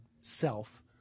self